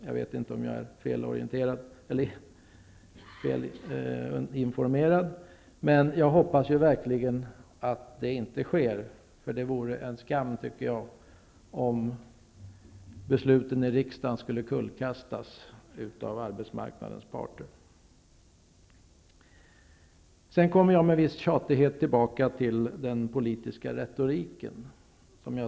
Jag vet inte om jag är felinformerad, men jag hoppas verkligen att det inte sker. Det vore en skam om besluten i riksdagen skulle kullkastas av arbetsmarknadens parter. Sedan kommer jag med viss tjatighet tillbaka till den politiska retoriken.